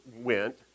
went